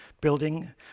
building